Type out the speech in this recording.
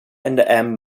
and